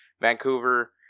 Vancouver